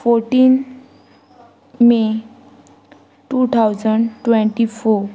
fourteen may two thousand twenty four